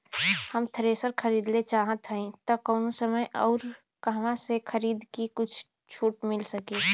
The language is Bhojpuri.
हम थ्रेसर खरीदल चाहत हइं त कवने समय अउर कहवा से खरीदी की कुछ छूट मिल सके?